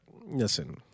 Listen